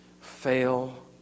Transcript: fail